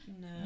No